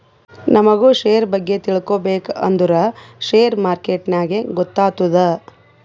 ನಮುಗ್ ಶೇರ್ ಬಗ್ಗೆ ತಿಳ್ಕೋಬೇಕ್ ಅಂದುರ್ ಶೇರ್ ಮಾರ್ಕೆಟ್ನಾಗೆ ಗೊತ್ತಾತ್ತುದ